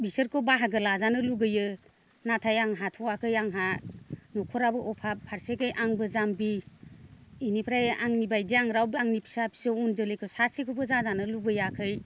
बिसोरखौ बाहागो लाजानो लुगैयो नाथाय आं हाथवाखै आंहा न'खराबो अभाब फारसेखैय आंबो जामबि इनिफ्राय आंनि बायदि आं रावबोनि फिसा फिसौ उन जोलैखौ सासेखौबो जाजानो लुबैयाखै